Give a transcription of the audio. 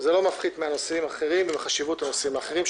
זה לא מפחית מהנושאים האחרים ומהחשיבות של הנושאים האחרים,